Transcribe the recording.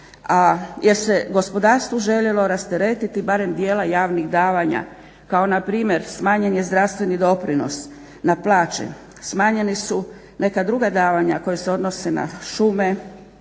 jer se gospodarstvo željelo rasteretiti barem dijela javnih davanja, kao npr. smanjen je zdravstveni doprinos na plaće, smanjeni su neka druga davanja koja se odnose na šume,